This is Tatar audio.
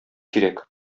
кирәк